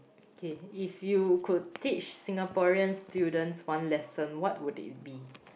okay if you could teach Singaporean students one lesson what would it be